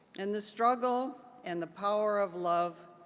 and the struggle and the power of love,